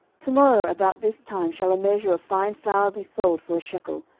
to morrow about this time shall a measure of fine flour be sold for a shekel,